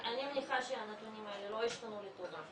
אני מניחה שהנתונים האלה לא ישתנו לטובה.